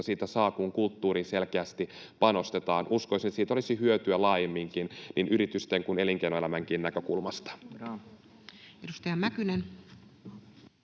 siitä saavat, kun kulttuuriin selkeästi panostetaan? Uskoisin, että siitä olisi hyötyä laajemminkin niin yritysten kuin elinkeinoelämänkin näkökulmasta. [Speech